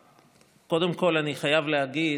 קודם כול, אני חייב להגיד,